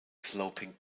sloping